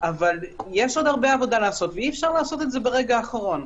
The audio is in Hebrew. אבל יש עוד הרבה עבודה לעשות ואי-אפשר לעשות את זה ברגע האחרון.